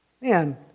man